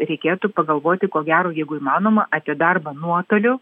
reikėtų pagalvoti ko gero jeigu įmanoma apie darbą nuotoliu